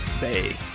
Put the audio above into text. bay